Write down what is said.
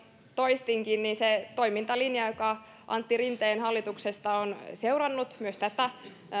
toistinkin niin se toimintalinja joka antti rinteen hallituksesta on seurannut myös tätä